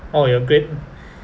orh your great~